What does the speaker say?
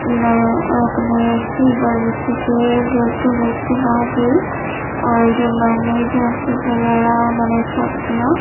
میں اپنے ہی بل بوتے پہ ڈرتے ڈرتے وہاں گئی اور جب میں نے جمپنگ وغیرہ میں نے سب کیا